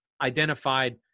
identified